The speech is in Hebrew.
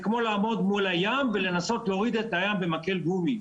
זה כמו לעבוד מול הים ולנסות להוריד את הים במקל גומי.